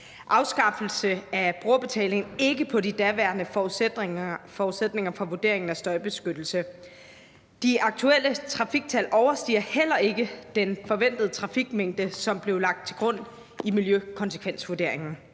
afskaffelse af brugerbetaling ikke på de daværende forudsætninger for vurderingen af støjbeskyttelse. De aktuelle trafiktal overstiger heller ikke den forventede trafikmængde, som blev lagt til grund i miljøkonsekvensvurderingen.